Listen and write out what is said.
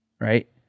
Right